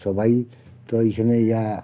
সবাই তো ওইখানে যারা